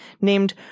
named